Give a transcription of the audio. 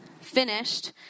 finished